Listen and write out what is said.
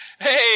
hey